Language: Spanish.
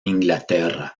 inglaterra